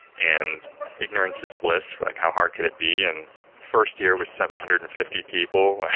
and ignorance is bliss. we're like, how hard could it be? and first year was seven hundred and fifty people.